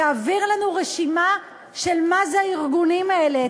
תעביר לנו רשימה של מה זה הארגונים האלה,